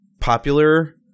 popular